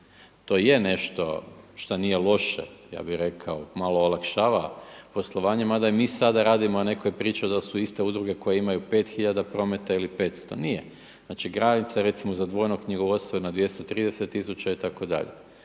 To je nešto što nije loše, ja bih rekao, malo olakšava poslovanje mada i mi sada radimo, netko je pričao da su iste udruge koje imaju 5 hiljada prometa ili 500, nije, znači granica recimo za dvojno knjigovodstvo je na 230 tisuća itd..